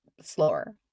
slower